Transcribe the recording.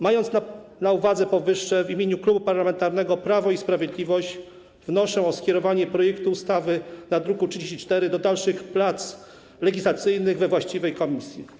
Mając na uwadze powyższe, w imieniu Klubu Parlamentarnego Prawo i Sprawiedliwość wnoszę o skierowanie projektu ustawy z druku nr 34 do dalszych prac legislacyjnych we właściwej komisji.